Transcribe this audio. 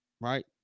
right